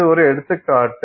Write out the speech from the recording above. இது ஒரு எடுத்துக்காட்டு